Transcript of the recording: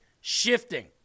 shifting